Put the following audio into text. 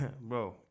bro